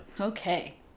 Okay